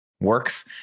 Works